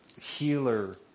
healer